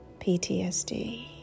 PTSD